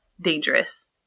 dangerous